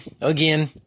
again